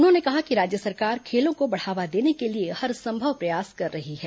उन्होंने कहा कि राज्य सरकार खेलों को बढ़ावा देने के लिए हरसंभव प्रयास कर रही है